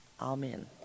Amen